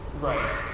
Right